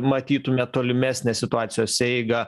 matytumėt tolimesnę situacijos eigą